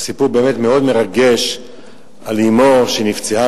סיפור באמת מאוד מרגש על אמו שנפצעה